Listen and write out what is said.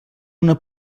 una